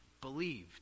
believed